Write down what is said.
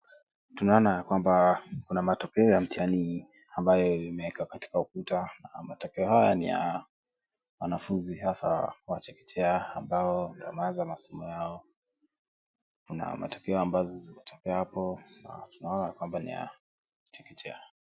Tunaona ya kwamba kuna matokeo ya mtihani ambayo imewekwa katika ukuta. Matokea haya ni ya wanafunzi hasaa wa chekechea ambao wanaanza masomo yao. Kuna matokea ambazo zimetokea hapo na tunaona ya kwamba ni ya chekechea.